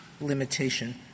limitation